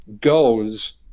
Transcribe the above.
goes